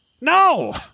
No